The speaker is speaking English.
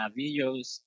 videos